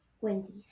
Wendy's